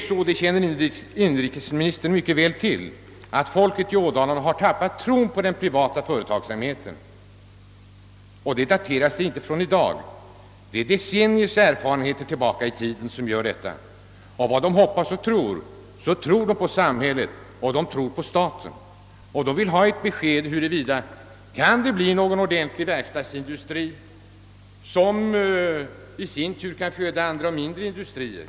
Såsom inrikesministern nog känner till har folket i Ådalen tappat tron på den privata företagsamheten. Denna inställning daterar sig inte från i dag, utan det är decenniers erfarenheter som ligger bakom. Folket i Ådalen hoppas och tror på samhället och staten. Man vill ha ett besked om huruvida det kan bli någon ordentlig verkstadsindustri, som i sin tur kan föda andra och mindre industrier.